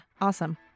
Awesome